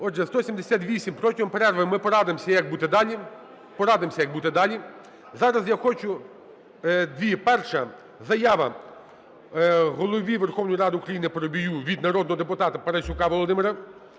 За-178 Протягом перерви ми порадимося, як бути далі. Зараз я хочу дві… Перше. Заява Голові Верховної Ради України Парубію від народного депутата Парасюка Володимира.